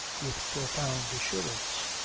with profound assurance.